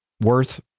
Worth